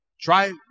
try